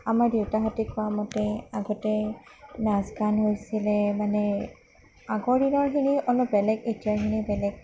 আমাৰ দেউতাহঁতে কোৱামতে আগতে নাচ গান হৈছিলে মানে আগৰ দিনৰখিনি অলপ বেলেগ এতিয়াৰখিনি বেলেগ